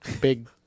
big